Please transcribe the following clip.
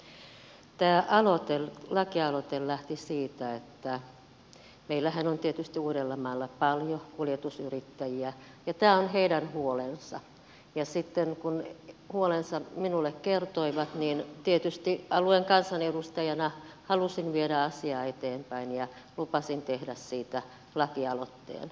tämä lakialoite lähti siitä että meillähän on tietysti uudellamaalla paljon kuljetusyrittäjiä ja tämä on heidän huolensa ja sitten kun he huolensa minulle kertoivat niin tietysti alueen kansanedustajana halusin viedä asiaa eteenpäin ja lupasin tehdä siitä lakialoitteen